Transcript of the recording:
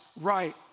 right